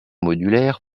modulaire